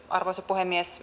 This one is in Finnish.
arvoisa puhemies